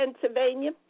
Pennsylvania